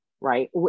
right